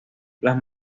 las